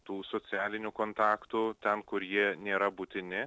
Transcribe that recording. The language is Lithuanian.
tų socialinių kontaktų ten kur jie nėra būtini